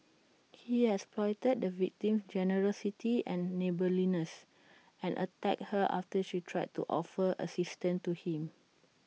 he exploited the victim's generosity and neighbourliness and attacked her after she tried to offer assistance to him